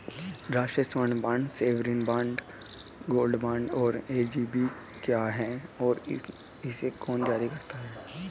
राष्ट्रिक स्वर्ण bond sovereign gold bond SGB क्या है और इसे कौन जारी करता है?